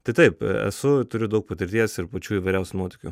tai taip esu turiu daug patirties ir pačių įvairiausių nuotykių